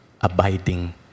abiding